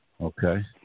Okay